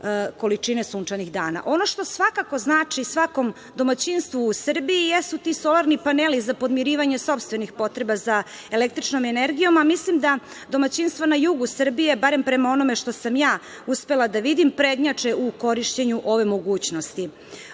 količine sunčanih dana. Ono što svakako znači svakom domaćinstvu u Srbiji jesu ti solarni paneli, za podmirivanje sopstvenih potreba za električnom energijom, a mislim da domaćinstva na jugu Srbije, barem prema onome što sam ja uspela da vidim, prednjače u korišćenju ove mogućnosti.U